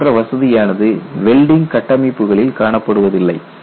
இது போன்ற வசதியானது வெல்டிங் கட்டமைப்புகளில் காணப்படுவதில்லை